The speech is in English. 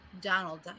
Donald